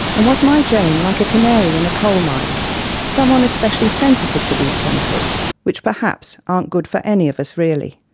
and was my jane like a canary in a coalmine someone especially sensitive to these chemicals which perhaps aren't good for any of us, really.